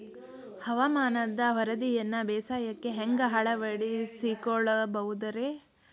ಹವಾಮಾನದ ವರದಿಯನ್ನ ಬೇಸಾಯಕ್ಕ ಹ್ಯಾಂಗ ಅಳವಡಿಸಿಕೊಳ್ಳಬಹುದು ರೇ?